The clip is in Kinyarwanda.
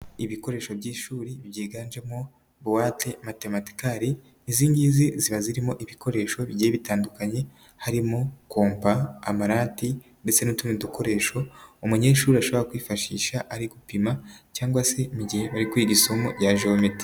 Ibikoresho by'ishuri byiganjemo buwate natematikari, izi ngizi ziba zirimo ibikoresho bigiye bitandukanye harimo: kompa, amarati ndetse n'utundi dukoresho umunyeshuri ashobora kwifashisha ari gupima cyangwa se mu gihe bari kwiga isomo ya jewometiri.